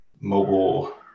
mobile